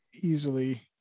easily